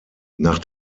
nach